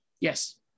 Yes